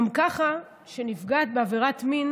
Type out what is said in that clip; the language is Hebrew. גם ככה לוקח זמן לנפגעת עבירת מין